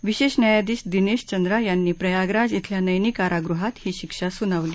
विशेष न्यायाधीश दिनेश चंद्रा यांनी प्रयागराज बेल्या नैनी कारागृहात ही शिक्षा सुनावली